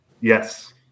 yes